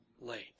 late